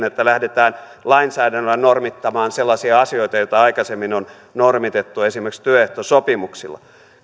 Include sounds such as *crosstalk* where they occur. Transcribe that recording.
*unintelligible* että lähdetään lainsäädännöllä normittamaan sellaisia asioita joita aikaisemmin on normitettu esimerkiksi työehtosopimuksilla